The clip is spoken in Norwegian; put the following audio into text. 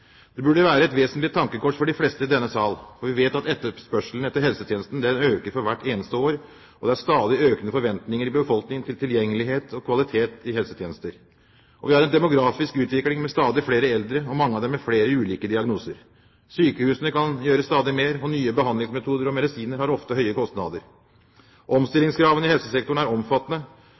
Det burde være et vesentlig tankekors for de fleste i denne sal. Vi vet at etterspørselen etter helsetjenester øker for hvert eneste år. Det er stadig økende forventninger i befolkningen til tilgjengelighet og kvalitet i helsetjenester. Vi har en demografisk utvikling med stadig flere eldre – mange av dem med flere ulike diagnoser. Sykehusene kan gjøre stadig mer. Nye behandlingsmetoder og medisiner har ofte høye kostnader. Omstillingskravene i helsesektoren er omfattende.